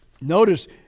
Notice